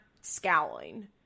scowling